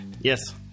Yes